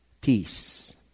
peace